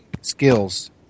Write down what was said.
skills